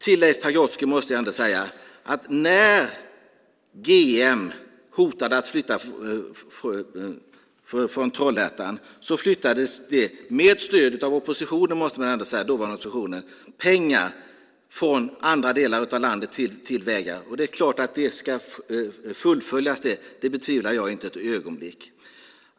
Till Leif Pagrotsky måste jag säga att när GM hotade att flytta från Trollhättan flyttades det, med stöd av den dåvarande oppositionen, pengar från andra delar av landet till vägar. Det är klart att det ska fullföljas. Det betvivlar jag inte ett ögonblick.